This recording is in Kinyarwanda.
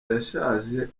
yashaje